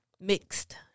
mixed